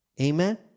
Amen